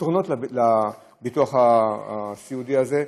הפתרונות לביטוח הסיעודי הזה,